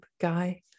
guy